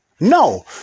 No